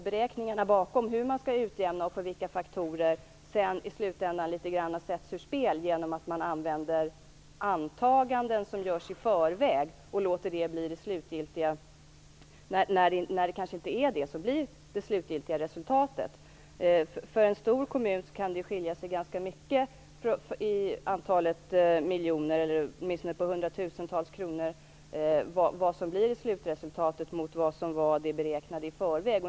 Beräkningarna bakom utjämningen och de faktorer som finns i slutändan sätts ur spel, genom att man använder antaganden som gjorts i förväg och låter dem bli det slutgiltiga resultatet, även om det kanske blir ett annat resultat. För en stor kommun kan det skilja ett antal miljoner, eller åtminstone hundratusentals kronor, mellan slutresultatet och det som beräknades i förväg.